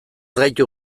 gaitu